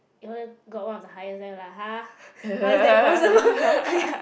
you all got one of the highest then we like !huh! how is that possible ya